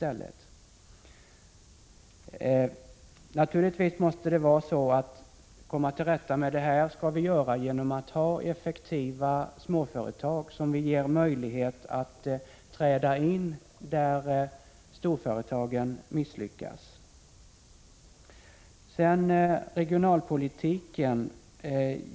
Det här skall vi komma till rätta med genom att ha effektiva småföretag som vi ger möjlighet att träda in där storföretagen misslyckas. Så till regionalpolitiken.